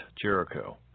Jericho